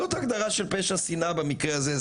זאת ההגדרה של פשע שנאה במקרה הזה.